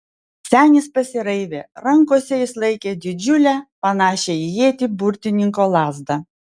senis pasiraivė rankose jis laikė didžiulę panašią į ietį burtininko lazdą